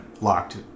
locked